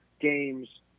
games